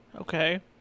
Okay